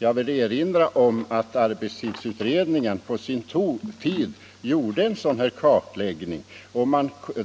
Jag vill erinra om att arbetstidsutredningen på sin tid gjorde en sådan här kartläggning, och